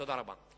תודה רבה.